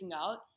out